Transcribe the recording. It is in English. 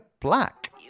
Black